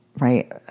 right